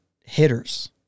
hitters